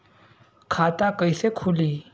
खाता कईसे खुली?